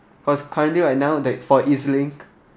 because currently right now that for E_Z_link